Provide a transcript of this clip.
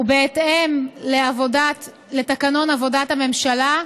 ובהתאם לתקנון לעבודת הממשלה,